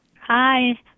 Hi